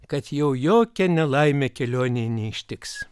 kad jau jokia nelaimė kelionėj neištiks